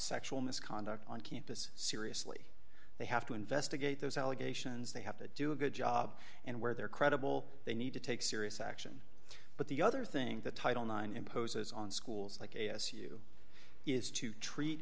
sexual misconduct on campus seriously they have to investigate those allegations they have to do a good job and where they're credible they need to take serious action but the other thing that title nine imposes on schools like a s u is to treat